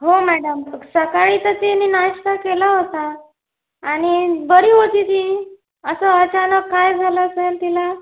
हो मॅडम सकाळी तर तिने नाश्ता केला होता आणि बरी होती ती असं अचानक काय झालं असेल तिला